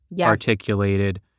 articulated